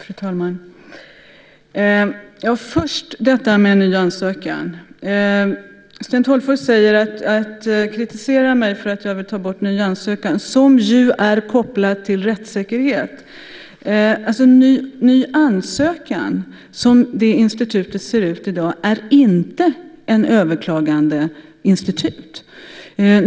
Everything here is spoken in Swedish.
Fru talman! Låt mig först säga något om detta med ny ansökan. Sten Tolgfors kritiserar mig för att jag vill ta bort möjligheten till ny ansökan, som ju är kopplat till rättssäkerheten. Ny ansökan, som det institutet ser ut i dag, är inte ett överklagandeinstitut.